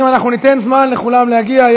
לאחר מכן אנחנו ניתן זמן לכולם להגיע.